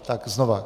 Tak znova.